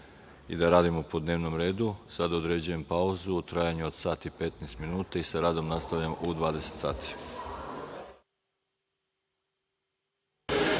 da radimo po dnevnom redu, određujem pauzu u trajanju od sat i 15 minuta. Sa radom nastavljamo u 20.00